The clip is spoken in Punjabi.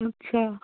ਅੱਛਾ